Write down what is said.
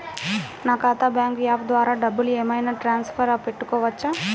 నా ఖాతా bank app ద్వారా డబ్బులు ఏమైనా ట్రాన్స్ఫర్ పెట్టుకోవచ్చా?